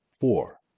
four